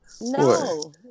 No